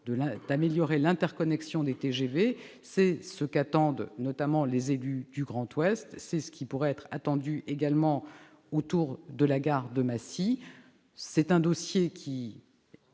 d'améliorer l'interconnexion des TGV. C'est ce qu'attendent notamment les élus du Grand ouest. C'est ce qui pourrait également être attendu autour de la gare de Massy. Ce dossier, qui